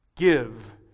give